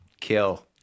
kill